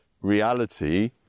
reality